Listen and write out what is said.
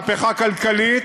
מהפכה כלכלית,